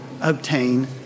obtain